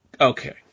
Okay